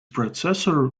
predecessor